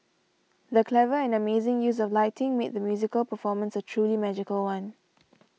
the clever and amazing use of lighting made the musical performance a truly magical one